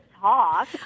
talk